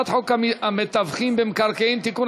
41 בעד, שישה נגד,